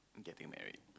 getting married